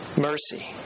mercy